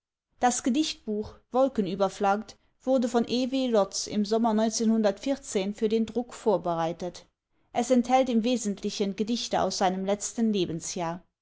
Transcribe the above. das gedichtbuch wolkenüberflaggt wurde von e w lotz im sommer für den druck vorbereitet es enthält im wesentlichen gedichte aus seinem letzten lebensjahr